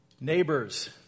neighbors